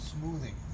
smoothing